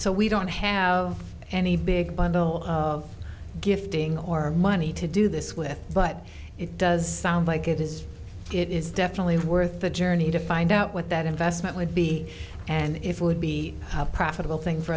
so we don't have any big bundle of gifting or money to do this with but it does sound like it is it is definitely worth the journey to find out what that investment would be and if it would be have profitable thing for